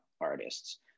artists